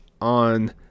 on